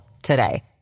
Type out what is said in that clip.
today